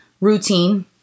routine